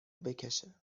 بکشه